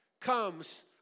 comes